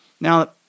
Now